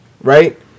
right